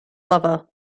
lover